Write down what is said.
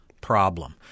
problem